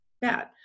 bad